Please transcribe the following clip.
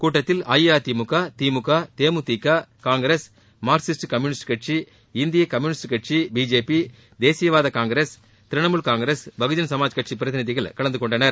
கூட்டத்தில் AIADMK DMK DMDK Congress Marxist communist கட்சி இந்திய கம்யூனிஸ்ட் கட்சி பிஜேபி தேசியவாத காங்கிரஸ் திரிணமுல் காங்கிரஸ் பகுஜன் சமாஜ் கட்சிப் பிரதிநிதிகள் கலந்து கொண்டனர்